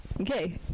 Okay